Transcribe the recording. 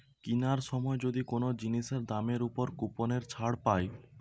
কিনার সময় যদি কোন জিনিসের দামের উপর কুপনের ছাড় পায়